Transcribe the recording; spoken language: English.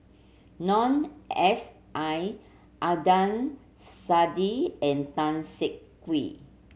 Noor S I Adnan Saidi and Tan Siak Kue